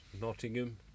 Nottingham